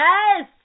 Yes